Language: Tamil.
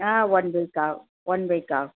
ஆ ஒன் வீக்காவும் ஓன் வீக்காக